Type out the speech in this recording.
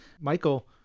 michael